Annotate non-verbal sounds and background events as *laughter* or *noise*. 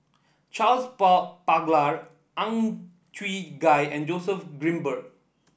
Charles *unintelligible* Paglar Ang Chwee Chai and Joseph Grimberg